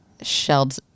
shelled